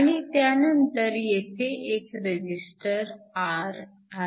आणि त्यानंतर येथे एक रजिस्टर R आहे